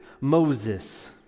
Moses